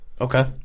Okay